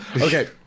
Okay